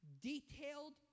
detailed